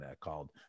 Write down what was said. called